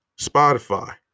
Spotify